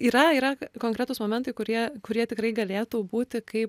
yra yra konkretūs momentai kurie kurie tikrai galėtų būti kaip